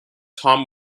tom